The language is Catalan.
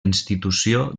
institució